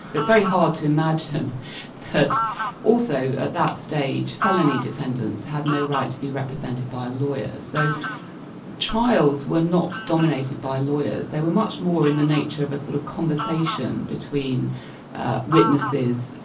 it's very hard to imagine that also at that stage, felony defendants had no right to be represented by a lawyer. so trials were not dominated by lawyers, they were much more in the nature of a sort of conversation between witnesses,